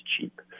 cheap